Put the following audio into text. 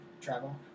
travel